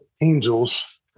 angels